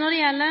Når det gjeld